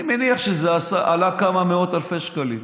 אני מניח שזה עלה כמה מאות אלפי שקלים,